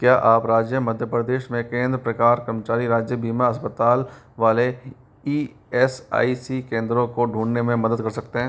क्या आप राज्य मध्य प्रदेश में केंद्र प्रकार कर्मचारी राज्य बीमा अस्पताल वाले ई एस आई सी केंद्रों को ढूँढने में मदद कर सकते हैं